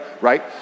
right